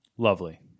Lovely